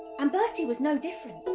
and bertie was no different.